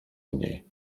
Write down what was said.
mniej